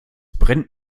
brennt